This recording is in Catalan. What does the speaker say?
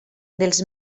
dels